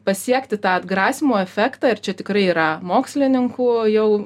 pasiekti tą atgrasymo efektą ir čia tikrai yra mokslininkų jau